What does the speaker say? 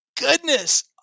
Goodness